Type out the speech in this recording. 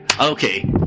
Okay